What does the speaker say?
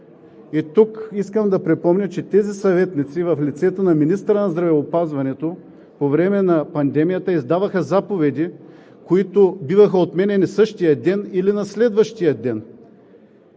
Тук искам да припомня, че тези съветници в лицето на министъра на здравеопазването по време на пандемията издаваха заповеди, които биваха отменяни същия или на следващия ден.